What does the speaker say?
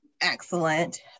excellent